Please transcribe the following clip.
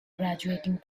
graduating